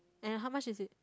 and how much is it